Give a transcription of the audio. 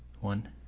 one